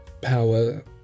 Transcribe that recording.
power